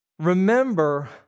Remember